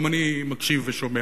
גם אני מקשיב ושומע.